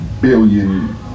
billion